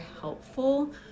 helpful